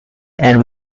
and